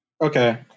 Okay